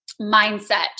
mindset